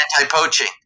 Anti-poaching